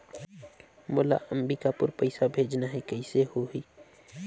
मोला अम्बिकापुर पइसा भेजना है, कइसे होही?